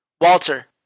Walter